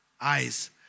eyes